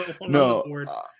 No